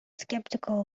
skeptical